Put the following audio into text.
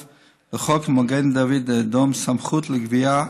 לחוק, למגן דוד אדום יש סמכות לגביית אגרה,